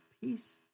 peace